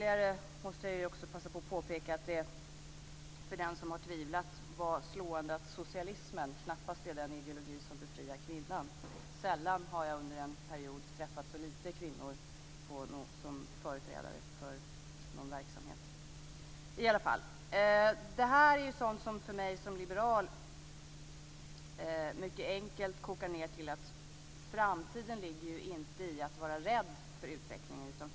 Vidare måste jag passa på att påpeka, för dem som har tvivlat, att det var slående att socialismen knappast är den ideologi som befriar kvinnan. Sällan har jag under en period träffat så få kvinnor som företrädare för någon verksamhet. Det här är sådant som för mig som liberal mycket enkelt kokar ned till att framtiden inte ligger i att vara rädd för utvecklingen.